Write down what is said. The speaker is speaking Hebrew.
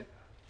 כן.